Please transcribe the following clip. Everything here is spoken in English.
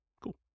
Cool